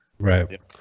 right